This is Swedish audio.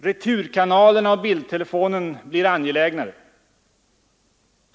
Returkanalerna och bildtelefonen blir angelägnare.